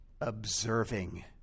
observing